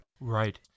Right